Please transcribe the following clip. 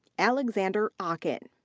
alexander ocken.